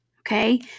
okay